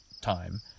time